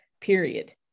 period